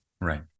Right